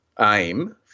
aim